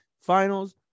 Finals